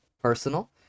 personal